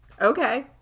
Okay